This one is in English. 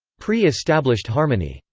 pre-established harmony.